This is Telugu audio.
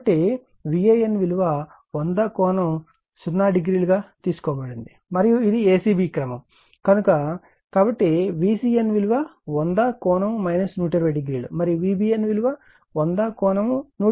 కాబట్టి VAN విలువ 100∠00 గా తీసుకోబడింది మరియు ఇది a c b క్రమం కనుక కాబట్టి VCN విలువ 100 ∠ 1200 మరియు VBN 100 ∠ 1200